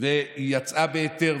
יצאה בהיתר,